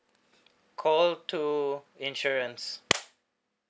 call two insurance